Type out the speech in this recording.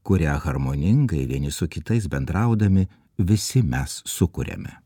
kurią harmoningai vieni su kitais bendraudami visi mes sukuriame